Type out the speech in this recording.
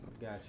Got